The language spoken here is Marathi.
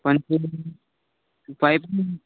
पण पाईप